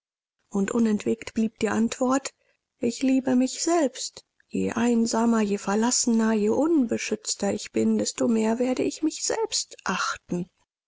und unentwegt blieb die antwort ich liebe mich selbst je einsamer je verlassener je unbeschützter ich bin desto mehr werde ich mich selbst achten